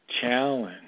challenge